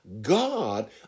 God